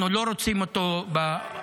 אנחנו לא רוצים אותו באופוזיציה.